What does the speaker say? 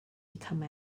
become